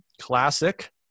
classic